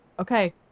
okay